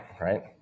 right